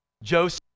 Joseph